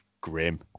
grim